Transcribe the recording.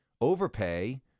overpay